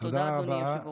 תודה, אדוני היושב-ראש.